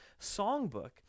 songbook